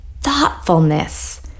thoughtfulness